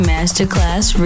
Masterclass